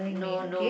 no no